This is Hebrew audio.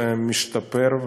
ומשתפר,